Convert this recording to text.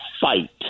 fight